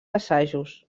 assajos